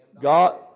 God